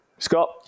Scott